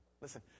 Listen